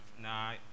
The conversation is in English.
nah